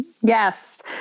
Yes